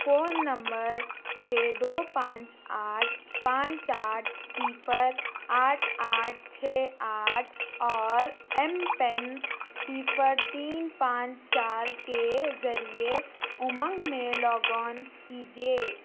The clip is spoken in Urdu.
فون نمبر چھ دو پانچ آٹھ پانچ آٹھ صِفر آٹھ آٹھ چھ آٹھ اور ایم پن صِفر تین پانچ چار کے ذریعے امنگ میں لاگ آن کیجیے